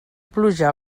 pluja